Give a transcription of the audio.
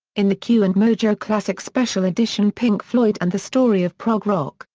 in the q and mojo classic special edition pink floyd and the story of prog rock,